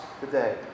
today